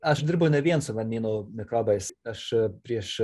aš dirbu ne vien su vanyno mikrobais aš prieš